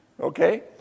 Okay